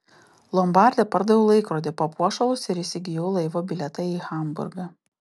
lombarde pardaviau laikrodį papuošalus ir įsigijau laivo bilietą į hamburgą